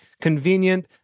convenient